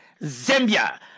Zambia